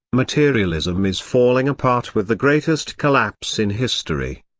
materialism is falling apart with the greatest collapse in history.